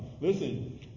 Listen